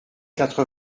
quatre